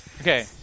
Okay